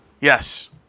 Yes